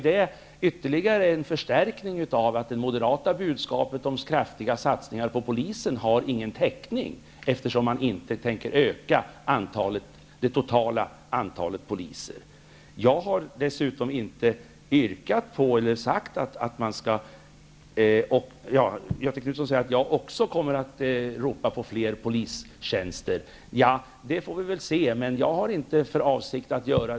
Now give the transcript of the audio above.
Detta understryker att det moderata budskapet om kraftiga satsningar på polisen inte har någon täckning, eftersom man inte tänker öka det totala antalet poliser. Göthe Knutson sade att också jag kommer att ropa efter fler polistjänster. Det får vi väl se, men det har jag inte för avsikt att göra.